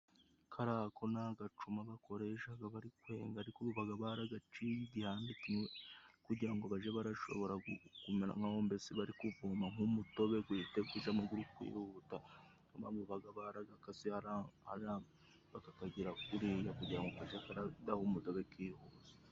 Kariya ko ni agacuma bakoreshaga bari kwenga ariko babaga baragaciye igihande kimwe kugira ngo baje barashobora kumera nk'aho mbese bari kuvoma nk'umutobe guhite gujamo guri kwihuta ni yo mpamvu babaga baragakase hariya bakakagira kuriya kugira ngo kaje karadaha umutobe kihuse.